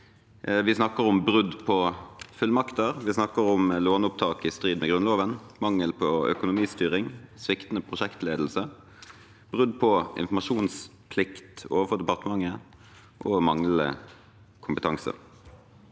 Vi snakker om brudd på fullmakter. Vi snakker om låneopptak i strid med Grunnloven, mangel på økonomistyring, sviktende prosjektledelse, brudd på informasjonsplikt overfor departementet og manglende kompetanse.